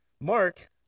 Mark